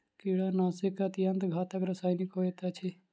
कीड़ीनाशक अत्यन्त घातक रसायन होइत अछि